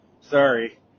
sorry